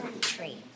tree